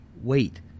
Wait